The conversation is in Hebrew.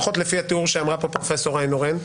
לפחות לפי התיאור שאמרה כאן פרופ' איינהורן,